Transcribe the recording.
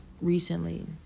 recently